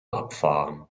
abfahren